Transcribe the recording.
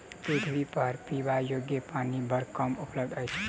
पृथ्वीपर पीबा योग्य पानि बड़ कम उपलब्ध अछि